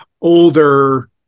older